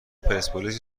پرسپولیس